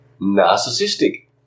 Narcissistic